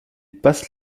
passe